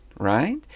Right